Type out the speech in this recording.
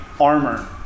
armor